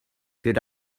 good